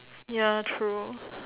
ya true